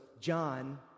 John